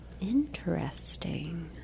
Interesting